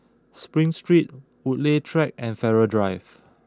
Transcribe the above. Spring Street Woodleigh Track and Farrer Drive